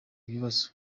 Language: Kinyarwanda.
ibibazo